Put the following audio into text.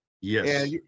Yes